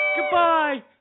Goodbye